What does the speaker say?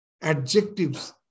adjectives